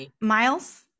Miles